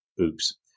Oops